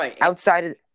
Outside